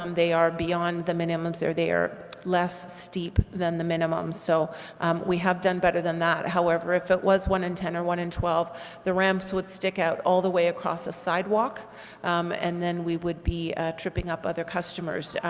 um they are beyond the minimums there they are less steep than the minimum, so we have done better than that. however, if it was one and ten or one and twelve the ramps would stick out all the way across a sidewalk and then we would be tripping up other customers.